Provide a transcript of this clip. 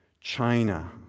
china